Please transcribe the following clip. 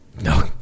No